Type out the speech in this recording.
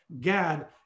Gad